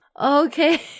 Okay